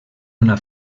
una